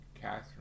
Catherine